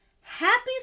happy